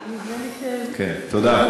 תודה.